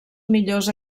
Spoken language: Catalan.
millors